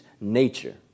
nature